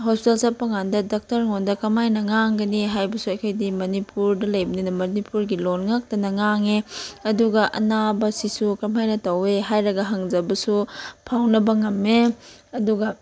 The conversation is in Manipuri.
ꯍꯣꯁꯄꯤꯇꯥꯜ ꯆꯠꯄꯀꯥꯟꯗ ꯗꯥꯛꯇꯔꯉꯣꯟꯗ ꯀꯃꯥꯏꯅ ꯉꯥꯡꯒꯅꯤ ꯍꯥꯏꯕꯁꯨ ꯑꯩꯈꯣꯏꯗꯤ ꯃꯅꯤꯄꯨꯔꯗ ꯂꯩꯕꯅꯤꯅ ꯃꯅꯤꯄꯨꯔꯒꯤ ꯂꯣꯟ ꯉꯥꯛꯇꯅ ꯉꯥꯡꯉꯦ ꯑꯗꯨꯒ ꯑꯅꯥꯕꯁꯤꯁꯨ ꯀꯔꯝ ꯍꯥꯏꯅ ꯇꯧꯋꯦ ꯍꯥꯏꯔꯒ ꯍꯪꯖꯕꯁꯨ ꯐꯥꯎꯅꯕ ꯉꯝꯃꯦ ꯑꯗꯨꯒ